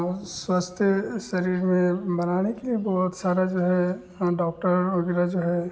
और स्वस्थ शरीर में बनाने के लिए बहुत सारा जो है हाँ डॉक्टर वग़ैरह जो है